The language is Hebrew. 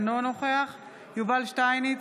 אינו נוכח יובל שטייניץ,